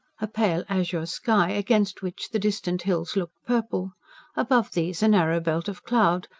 a pale azure sky, against which the distant hills looked purple above these a narrow belt of cloud,